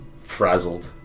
frazzled